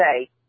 say